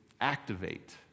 activate